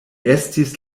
estis